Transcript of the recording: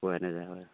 পোৱাই নাযায় হয়